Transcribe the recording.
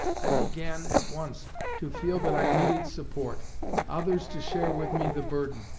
i began at once to feel that i needed support others to share with me the burden.